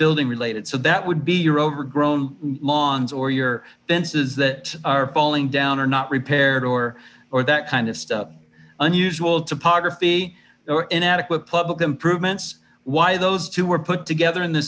building related so that would be overgrown lawns or your fences that are falling down or not repaired or or that kind of stuff unusual topography there were inadequate public improvements why those two were put together in the